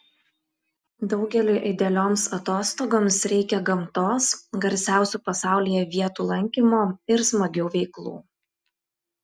daugeliui idealioms atostogoms reikia gamtos garsiausių pasaulyje vietų lankymo ir smagių veiklų